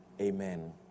amen